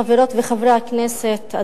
חברות וחברי הכנסת,